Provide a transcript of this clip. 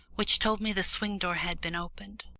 which told me the swing door had been opened.